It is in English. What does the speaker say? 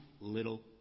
little